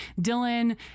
Dylan